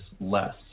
less